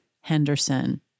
Henderson